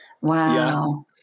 Wow